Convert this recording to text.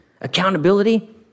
Accountability